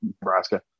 Nebraska